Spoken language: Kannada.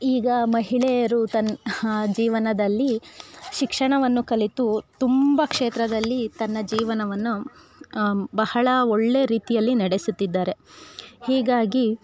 ಈಗ ಮಹಿಳೆಯರು ತನ್ನ ಆ ಜೀವನದಲ್ಲಿ ಶಿಕ್ಷಣವನ್ನು ಕಲಿತು ತುಂಬ ಕ್ಷೇತ್ರದಲ್ಲಿ ತನ್ನ ಜೀವನವನ್ನು ಬಹಳ ಒಳ್ಳೆ ರೀತಿಯಲ್ಲಿ ನಡೆಸುತ್ತಿದ್ದಾರೆ ಹೀಗಾಗಿ